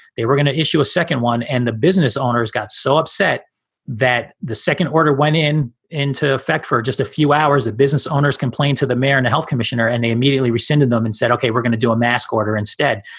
they were going to issue a second one. and the business owners got so upset that the second order went in into effect for just a few hours. a business owners complained to the mayor and the health commissioner and they immediately rescinded them and said, ok, we're gonna do a mass order instead.